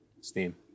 Steam